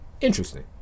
interesting